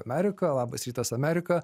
amerika labas rytas amerika